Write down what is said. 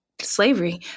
slavery